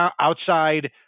outside